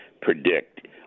predict